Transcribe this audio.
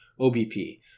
OBP